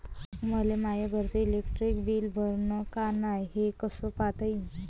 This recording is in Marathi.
मले माया घरचं इलेक्ट्रिक बिल भरलं का नाय, हे कस पायता येईन?